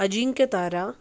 अजिंक्य तारा